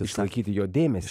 išlaikyti jo dėmesį